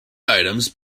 items